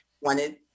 wanted